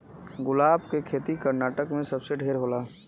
गुलाब के खेती कर्नाटक में सबसे ढेर होला